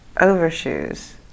overshoes